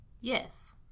Yes